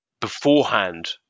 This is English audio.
beforehand